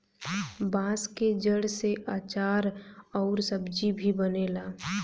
बांस के जड़ से आचार अउर सब्जी भी बनेला